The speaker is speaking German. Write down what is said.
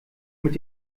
mit